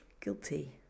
Guilty